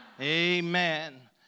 Amen